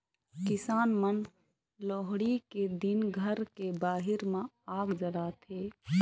किसान मन लोहड़ी के दिन घर के बाहिर म आग जलाथे